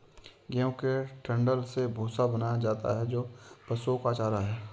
गेहूं के डंठल से भूसा बनाया जाता है जो पशुओं का चारा है